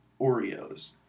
Oreos